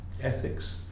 ethics